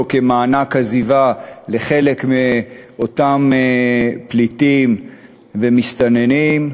ניתן אותו כמענק עזיבה לחלק מאותם פליטים ומסתננים,